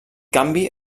canvi